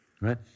right